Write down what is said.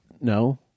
No